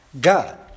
God